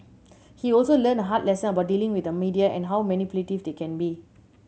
he also learned a hard lesson about dealing with the media and how manipulative they can be